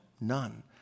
none